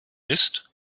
ist